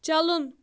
چلُن